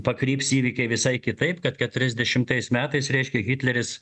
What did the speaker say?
pakryps įvykiai visai kitaip kad keturiasdešimtais metais reiškia hitleris